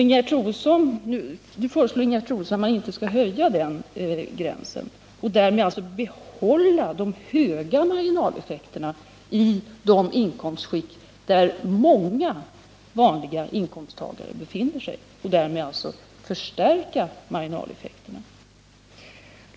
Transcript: Nu föreslår Ingegerd Troedsson att man inte skall höja den gränsen utan alltså behålla de höga marginaleffekterna i de inkomstskikt där många vanliga inkomsttagare befinner sig och därmed alltså förstärka marginaleffekterna!